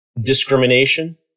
discrimination